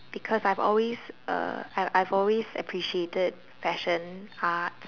because I've always uh I I've always appreciated fashion art